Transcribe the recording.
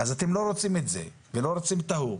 אתם לא רוצים את זה ולא רוצים את ההוא,